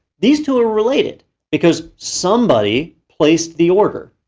these two are related because somebody placed the order.